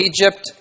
Egypt